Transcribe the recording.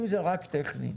אם זה רק טכני,